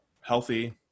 healthy